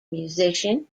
musician